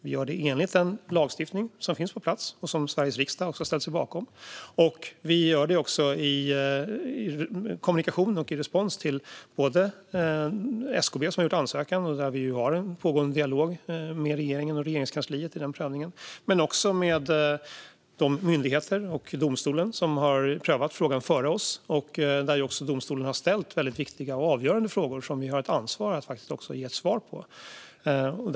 Vi gör den enligt den lagstiftning som finns på plats och som Sveriges riksdag har ställt sig bakom. Vi gör den också i kommunikation med och respons till inte bara SKB, som har gjort ansökan och där det finns en pågående dialog om prövningen med regeringen och Regeringskansliet, utan även de myndigheter och den domstol som har prövat frågan före oss. Domstolen har ju ställt viktiga och avgörande frågor, och vi har ett ansvar att ge svar på dem.